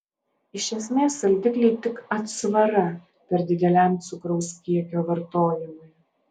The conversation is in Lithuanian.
iš esmės saldikliai tik atsvara per dideliam cukraus kiekio vartojimui